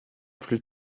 plus